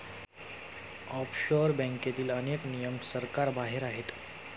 offshore बँकेतील अनेक नियम सरकारबाहेर आहेत